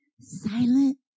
silent